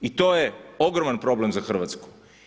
I to je ogroman problem za Hrvatsku.